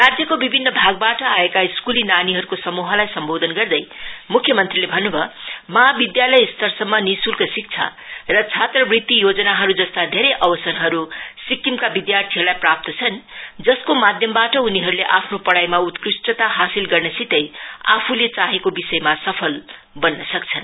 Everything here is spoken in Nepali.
राज्यको विभिन्न भागबाट आएका स्कूली नानीहरुको समूहलाई सम्बोधन गर्दै मुख्य मंत्रीले भन्नु भयो महाविध्यालय स्तरसम्म निशुल्क शिक्षा र छात्रवृत्ति योजनाहरु जस्ता धेरै अवसरहरु सिक्किमका विध्याथीहरुलाई प्राप्त छन् जसको माध्यमबाट उनीहरुले आफ्नो पढ़ाईमा उत्कृष्ठिता हासिल गर्नसितै आफुले चाहेको विषयमा सफल बन्न सक्छन्